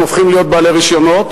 הם הופכים להיות בעלי רשיונות,